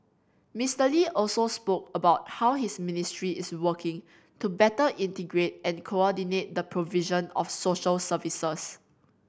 Mister Lee also spoke about how his ministry is working to better integrate and coordinate the provision of social services